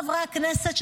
חברי הכנסת,